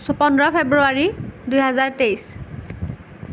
পোন্ধৰ ফেব্ৰুৱাৰী দুই হাজাৰ তেইছ